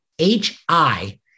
H-i